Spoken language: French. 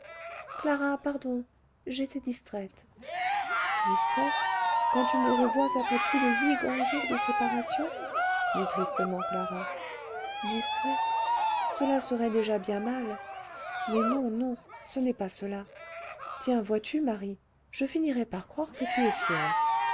clara pardon j'étais distraite distraite quand tu me revois après plus de huit grands jours de séparation dit tristement clara distraite cela serait déjà bien mal mais non non ce n'est pas cela tiens vois-tu marie je finirai par croire que tu es fière